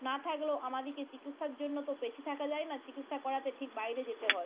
না থাকলেও আমাদিকে চিকিৎসার জন্য তো পিছিয়ে থাকা যায় না চিকিৎসা করাতে ঠিক বাইরে যেতে হয়